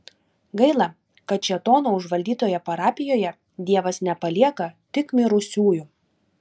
gaila kad šėtono užvaldytoje parapijoje dievas nepalieka tik mirusiųjų